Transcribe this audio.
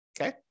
Okay